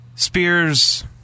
Spears